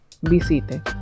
visite